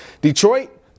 Detroit